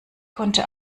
konnte